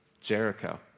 Jericho